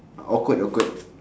awkward awkward